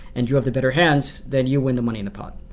and you have the better hands, then you win the money in the pot.